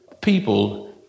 people